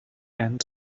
and